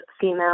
female